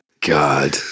God